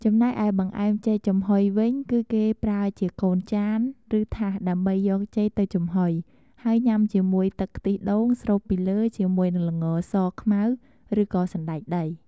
ចំណែកឯបង្អែមចេកចំហុយវិញគឺគេប្រើជាកូនចាន ឬថាសដើម្បីយកចេកទៅចំហុយ ហើយញ៉ាំជាមួយទឹកខ្ទិះដូងស្រូបពីលើជាមួយនឹងល្ង សខ្មៅ ឬក៏សណ្ដែកដី។